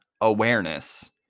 awareness